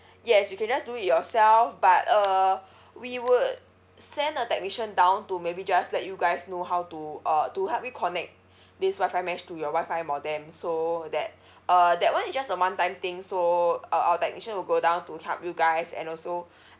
yes you can just do it yourself but uh we would send a technician down to maybe just let you guys know how to uh to help you connect these WI-FI mesh to your WI-FI modem so that uh that one is just a one time thing so uh our technician will go down to help you guys and also